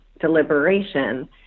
deliberation